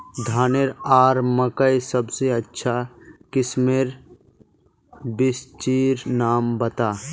धानेर आर मकई सबसे अच्छा किस्मेर बिच्चिर नाम बता?